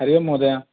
हरि ओं महोदय